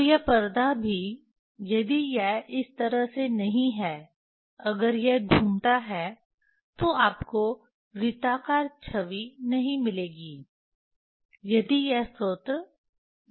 और यह पर्दा भी यदि यह इस तरह से नहीं है अगर यह घूमता है तो आपको वृत्ताकार छवि नहीं मिलेगी यदि यह स्रोत वृत्ताकार है